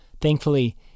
Thankfully